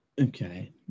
Okay